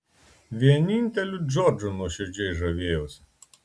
vieninteliu džordžu nuoširdžiai žavėjausi